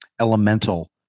elemental